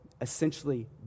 essentially